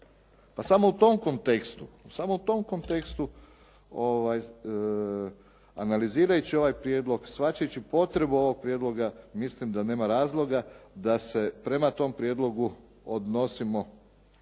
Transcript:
u samom tom kontekstu analizirajući ovaj prijedlog, shvaćajući potrebu ovog prijedloga mislim da nema razloga da se prema tom prijedlogu odnosimo